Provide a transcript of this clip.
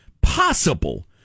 possible